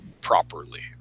properly